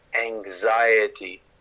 anxiety